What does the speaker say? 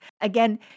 Again